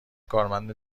کارمند